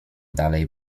dalej